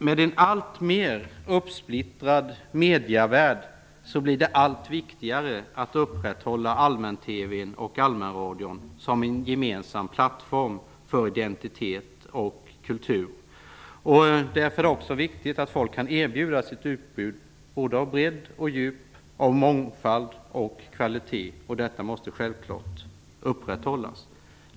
Med en allt mera uppslittrad medievärld blir det allt viktigare att upprätthålla allmän-TV och allmänradio som en gemensam plattform för identitet och kultur. Därför är det viktigt att folk kan erbjudas ett utbud av bredd och djup, av mångfald och kvalitet. Detta måste självklart upprätthållas.